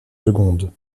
secondes